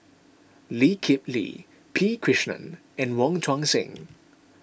Lee Kip Lee P Krishnan and Wong Tuang Seng